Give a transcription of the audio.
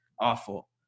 awful